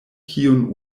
kiun